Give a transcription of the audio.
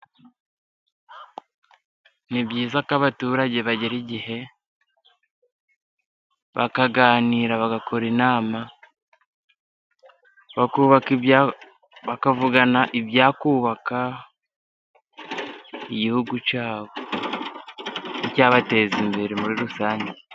Ni byiza ko abaturage bagera igihe bakaganira bagakora inama, bakavugana ibyakubaka igihugu cyabo n'ibyabateza imbere muri rusange.